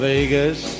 Vegas